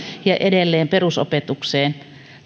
ja edelleen perusopetukseen